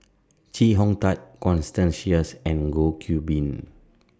Chee Hong Tat Constance Sheares and Goh Qiu Bin